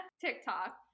TikTok